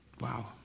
Wow